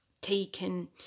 taken